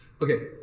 Okay